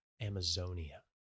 amazonia